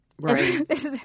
Right